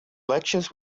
lectures